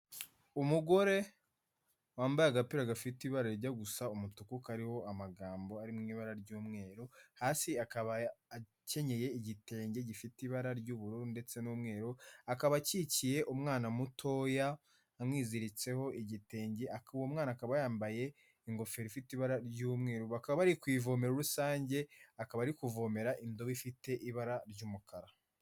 Umugore wambaye agapira gafite ibara rijya gusa umutuku kariho amagambo ari mu ibara ry'umweru hasi akaba akenyeye igitenge gifite ibara ry'ubururu ndetse n'umweru akaba akikiye umwana mutoya amwiziritseho igitenge. Uwo mwana akaba yambaye ingofero ifite ibara ry'umweru bakaba bari ku ivomero rusange akaba ari kuvomera indobo ifite ibara ry'umukara.